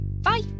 Bye